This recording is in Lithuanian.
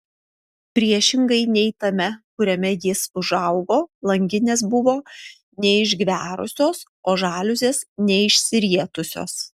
priešingai nei tame kuriame jis užaugo langinės buvo neišgverusios o žaliuzės neišsirietusios